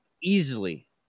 easily